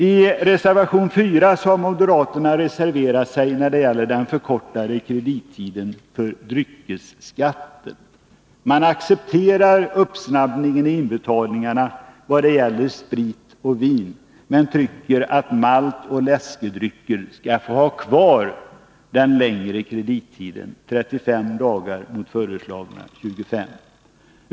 I reservation 4 har moderaterna reserverat sig när det gäller den förkortade kredittiden för dryckesskatten. Man accepterar uppsnabbningen av inbetalningarna vad gäller sprit och vin men tycker att maltoch läskedrycker skall få ha kvar den längre kredittiden — 35 dagar mot föreslagna 25.